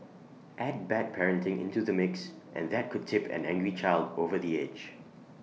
add bad parenting into the mix and that could tip an angry child over the edge